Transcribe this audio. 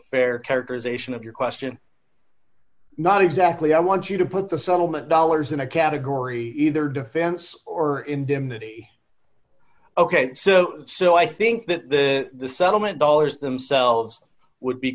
fair characterization of your question not exactly i want you to put the settlement dollars in a category either defense or indemnity ok so so i think that the the settlement dollars themselves would be